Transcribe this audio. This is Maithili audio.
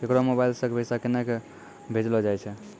केकरो मोबाइल सऽ पैसा केनक भेजलो जाय छै?